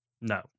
No